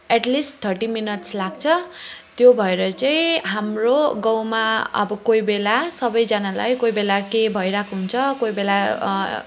at least thirty minutes लाग्छ त्यो भएर चाहिँ हाम्रो गाउँमा अब कोही बेला सबैजनालाई कोही बेला के भइरहेको हुन्छ कोही बेला